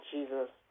Jesus